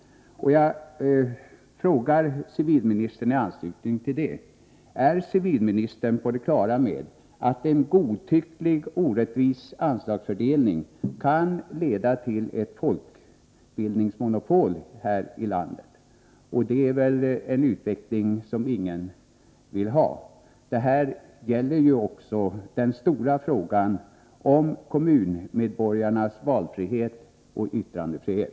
Jag frågar civilministern i anslutning till detta: Är civilministern på det klara med att en godtycklig orättvis anslagsfördelning kan leda till ett folkbildningsmonopol här i landet? Och det är väl en utveckling som ingen vill ha. Detta gäller också den stora frågan om kommunmedborgarnas valfrihet och yttrandefrihet.